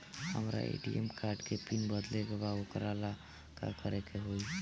हमरा ATM card के PIN बदले के बा वोकरा ला का करे के होई?